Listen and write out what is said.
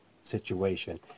situation